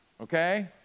Okay